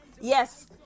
Yes